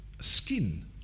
skin